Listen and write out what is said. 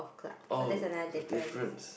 oh is a difference